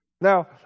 Now